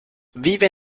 vive